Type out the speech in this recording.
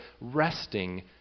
resting